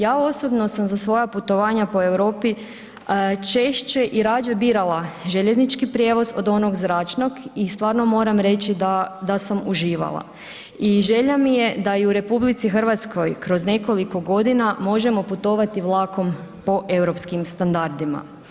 Ja osobno sam za svoja putovanja po Europi češće i radije birala željeznički prijevoz od onog zračnog i stvarno moram reći da sam uživala i želja mi je da i u RH kroz nekoliko godina možemo putovati vlakom po europskim standardima.